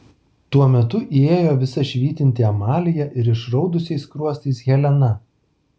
tuo metu įėjo visa švytinti amalija ir išraudusiais skruostais helena